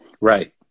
right